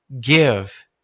Give